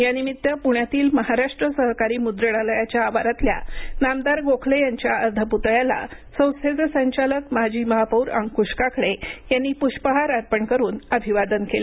यानिमीत्त पुण्यातील महाराष्ट्र सहकारी म्द्रणालयाच्या आवारातल्यानामदार गोखले यांच्या अर्धप्तळ्याला संस्थेचे संचालक माजी महापौर अंकुश काकडे यांनी पुष्पहार अर्पण करून अभिवादन केलं